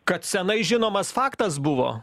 kad senai žinomas faktas buvo